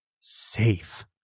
Safe